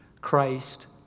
Christ